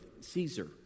Caesar